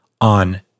on